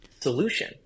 solution